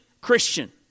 Christian